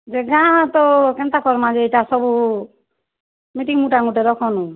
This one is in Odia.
ଯେ ଗାଁ ତ କେନ୍ତା କରମା ଯେ ଏଇଟା ସବୁ ମିଟିଙ୍ଗ୍ମୁଟାଙ୍ଗ୍ ଗୋଟେ ରଖନ୍